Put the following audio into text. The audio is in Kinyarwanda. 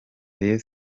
rayon